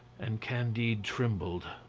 and candide trembled.